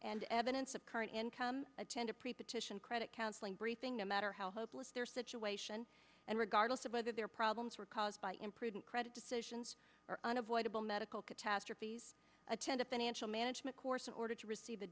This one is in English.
and evidence of current income attend a preposition credit counsel briefing no matter how hopeless their situation and regardless of whether their problems were caused by imprudent credit decisions or unavoidable medical catastrophes attend a financial management course in order to receive